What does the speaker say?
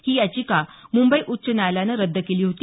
ही याचिका मुंबई उच्च न्यायालयानं रद्द केली होती